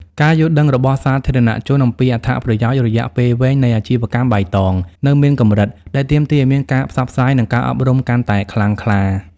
ការយល់ដឹងរបស់សាធារណជនអំពីអត្ថប្រយោជន៍រយៈពេលវែងនៃអាជីវកម្មបៃតង នៅមានកម្រិត ដែលទាមទារឱ្យមានការផ្សព្វផ្សាយ និងការអប់រំកាន់តែខ្លាំងក្លា។